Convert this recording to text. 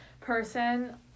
person